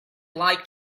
like